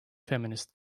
feminist